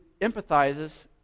empathizes